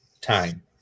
time